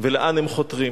ולאן הם חותרים.